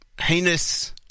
heinous